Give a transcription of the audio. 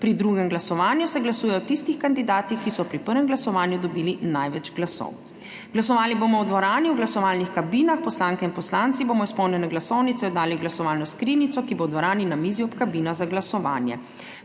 Pri drugem glasovanju se glasuje o tistih kandidatih, ki so pri prvem glasovanju dobili največ glasov. Glasovali bomo v dvorani v glasovalnih kabinah. Poslanke in poslanci bomo izpolnjene glasovnice oddali v glasovalno skrinjico, ki bo v dvorani na mizi ob kabinah za glasovanje.